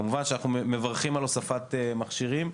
כמובן שאנחנו מברכים על הוספת מכשירים,